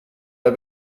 der